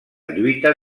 lluita